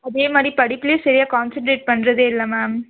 அதே மாதிரி படிப்புலேயும் சரியாக கான்சன்ட்ரேட் பண்ணுறதே இல்லை மேம்